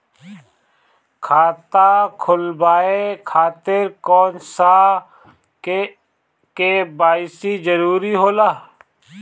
खाता खोलवाये खातिर कौन सा के.वाइ.सी जरूरी होला?